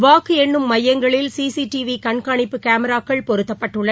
வாக்கு எண்ணும் மையங்களில் சி சி டி வி கண்காணிப்பு கேமராக்கள் பொருத்தப்பட்டுள்ள